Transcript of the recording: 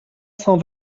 cent